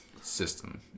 system